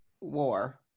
war